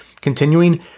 continuing